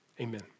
amen